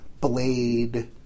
Blade